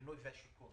לעיתים אף מביכה מבחינת